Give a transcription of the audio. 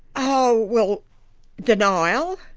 oh well denial,